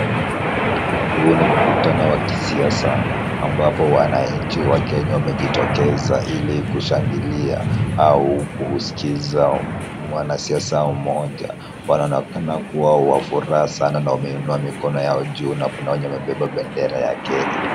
Huu ni mkutano wa kisiasa ambapo wananchi wa Kenya wamejitokeza ili kushangilia au kuskiza mwanasiasa mmoja na kuwa na furaha sana na kuna wenye wameinua mikono juu na kuna wenye wamebeba bendera ya Kenya.